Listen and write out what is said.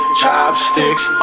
chopsticks